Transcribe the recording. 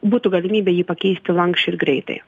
būtų galimybė jį pakeisti lanksčiai ir greitai